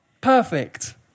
perfect